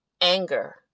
anger